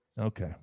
Okay